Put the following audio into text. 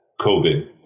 COVID